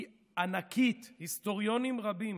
היא ענקית, היסטוריונים רבים